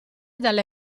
dalle